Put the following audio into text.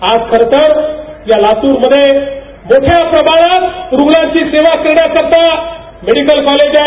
आज फक्त या लातूर मध्ये मोठ्या प्रमाणात रुग्णांची सेवा करण्याकरता मेडिकल कॉलेज आहे